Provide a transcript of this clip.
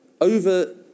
over